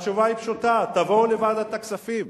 התשובה היא פשוטה: תבואו לוועדת הכספים.